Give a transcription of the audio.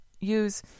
use